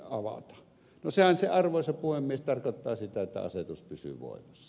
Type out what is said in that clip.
no sehän arvoisa puhemies tarkoittaa sitä että asetus pysyy voimassa